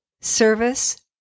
service